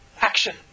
action